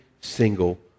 single